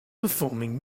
performing